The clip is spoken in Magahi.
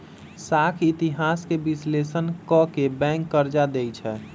साख इतिहास के विश्लेषण क के बैंक कर्जा देँई छै